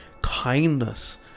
kindness